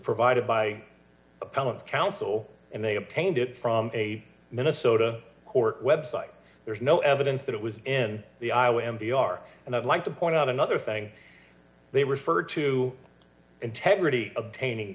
provided by appellant counsel and they obtained it from a minnesota court web site there's no evidence that it was in the iowa m b r and i'd like to point out another thing they refer to integrity obtaining